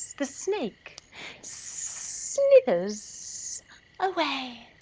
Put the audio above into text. the snake slithers away.